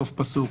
סוף פסוק.